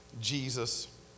Jesus